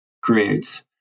creates